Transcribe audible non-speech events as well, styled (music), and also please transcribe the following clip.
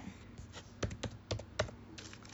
(noise)